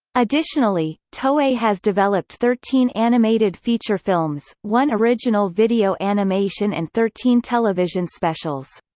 additionally, toei has developed thirteen animated feature films, one original video animation and thirteen television specials.